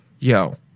Yo